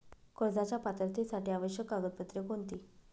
कर्जाच्या पात्रतेसाठी आवश्यक कागदपत्रे कोणती?